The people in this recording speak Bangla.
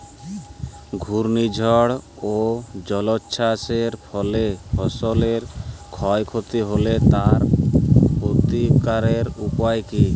ঘূর্ণিঝড় ও জলোচ্ছ্বাস এর ফলে ফসলের ক্ষয় ক্ষতি হলে তার প্রতিকারের উপায় কী?